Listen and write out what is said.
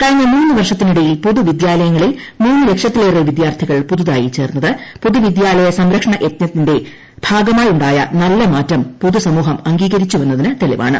കഴിഞ്ഞ മൂന്നു വർഷത്തിനിട്ടയിൽ പൊതുവിദ്യാലയങ്ങളിൽ മൂന്നു ലക്ഷത്തിലേറെ വിദ്യാർഥികൾ പുതുതായി ചേർന്നത് പൊതുവിദ്യാലയ സംരക്ഷണ് ത്രജ്ഞത്തിന്റെ ഭാഗമായുണ്ടായ നല്ല മാറ്റം പൊതുസമൂഹം അംഗീക്ടരിച്ചുവെന്നതിന് തെളിവാണ്